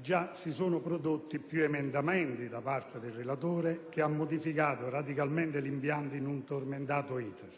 già si sono prodotti più emendamenti da parte del relatore, modificandone radicalmente l'impianto in un tormentato *iter*.